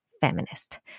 feminist